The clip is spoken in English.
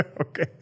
Okay